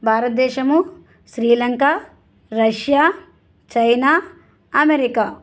భారతదేశము Sri Lanka Russia China America